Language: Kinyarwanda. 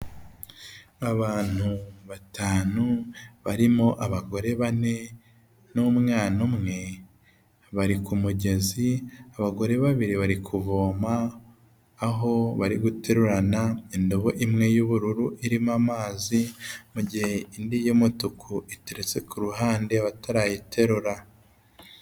Abantu batanu barimo abagore bane n'umwana umwe, bari ku mugezi abagore babiri bari kuvoma, aho bari guterurana indobo imwe y'ubururu irimo amazi mugihe indi y'umutuku iteretse ku ruhande batarayiterura.